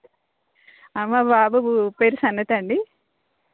అమ్మ బాబు పేరు సన్నత్ అండి